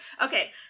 Okay